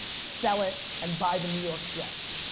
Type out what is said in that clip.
sell it and buy the new york jets.